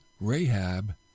Rahab